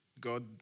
God